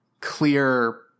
clear